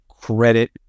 credit